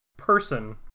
person